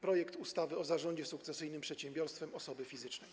projekt ustawy o zarządzie sukcesyjnym przedsiębiorstwem osoby fizycznej.